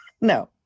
No